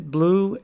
Blue